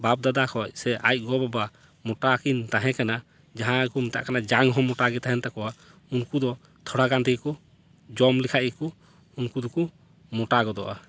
ᱵᱟᱯᱼᱫᱟᱫᱟ ᱠᱷᱚᱱ ᱥᱮ ᱟᱡ ᱜᱚᱼᱵᱟᱵᱟ ᱢᱚᱴᱟᱠᱤᱱ ᱛᱟᱦᱮᱸ ᱠᱟᱱᱟ ᱡᱟᱦᱟᱸ ᱫᱚᱠᱚ ᱢᱮᱛᱟᱜ ᱠᱟᱱᱟ ᱡᱟᱝ ᱦᱚᱸ ᱢᱚᱴᱟ ᱜᱮ ᱛᱟᱦᱮᱱ ᱛᱟᱠᱚᱣᱟ ᱩᱱᱠᱩ ᱫᱚ ᱛᱷᱚᱲᱟ ᱜᱟᱱ ᱛᱮᱜᱮ ᱠᱚ ᱡᱚᱢ ᱞᱮᱠᱷᱟᱱ ᱜᱮᱠᱚ ᱩᱱᱠᱩ ᱫᱚᱠᱚ ᱢᱚᱴᱟ ᱜᱚᱫᱚᱜᱼᱟ